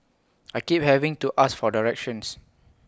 I keep having to ask for directions